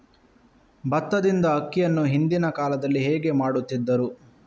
ಭತ್ತದಿಂದ ಅಕ್ಕಿಯನ್ನು ಹಿಂದಿನ ಕಾಲದಲ್ಲಿ ಹೇಗೆ ಮಾಡುತಿದ್ದರು?